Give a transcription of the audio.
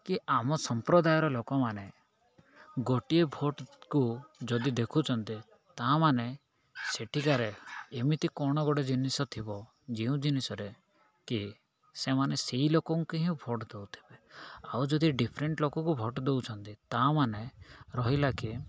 କି ଆମ ସମ୍ପ୍ରଦାୟର ଲୋକମାନେ ଗୋଟିଏ ଭୋଟକୁ ଯଦି ଦେଖୁଛନ୍ତି ତାମାନେ ସେଠିକାରେ ଏମିତି କ'ଣ ଗୋଟେ ଜିନିଷ ଥିବ ଯେଉଁ ଜିନିଷରେ କି ସେମାନେ ସେଇ ଲୋକଙ୍କୁ ହିଁ ଭୋଟ୍ ଦେଉଥିବେ ଆଉ ଯଦି ଡ଼ିଫରେେଣ୍ଟ ଲୋକକୁ ଭୋଟ୍ ଦେଉଛନ୍ତି ତାମାନେ ରହିଲା କିି